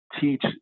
teach